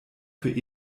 für